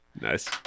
Nice